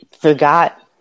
forgot